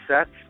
sets